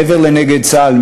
ומעבר לנגד צה"ל,